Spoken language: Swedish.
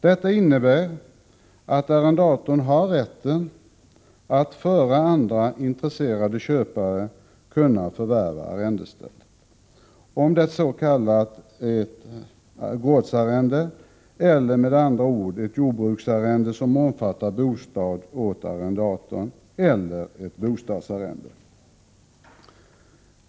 Detta innebär att arrendatorn har rätten att före andra intresserade köpare kunna förvärva arrendestället, om det gäller ett s.k. gårdsarrende eller med andra ord ett jordbruksarrende, som omfattar bostad åt arrendatorn eller ett bostadsarrende.